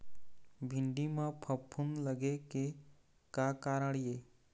भिंडी म फफूंद लगे के का कारण ये?